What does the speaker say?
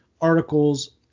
articles